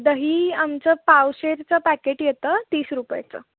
दही आमचं पावशेरचं पॅकेट येतं तीस रुपयाचं